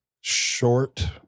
Short